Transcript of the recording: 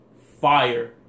fire